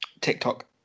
TikTok